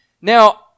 Now